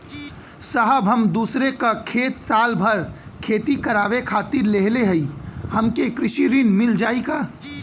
साहब हम दूसरे क खेत साल भर खेती करावे खातिर लेहले हई हमके कृषि ऋण मिल जाई का?